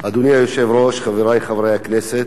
אדוני היושב-ראש, חברי חברי הכנסת,